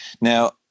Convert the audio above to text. Now